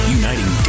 uniting